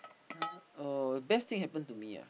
uh oh best thing happen to me ah